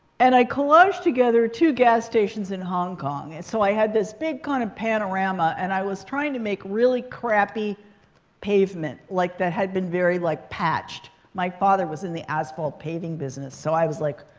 and i collaged together two gas stations in hong kong. and so i had this big kind of panorama. and i was trying to make really crappy pavement, like that had been very like patched. my father was in the asphalt paving business. so i was like,